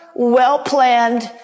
well-planned